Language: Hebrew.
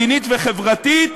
מדינית וחברתית